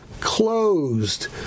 Closed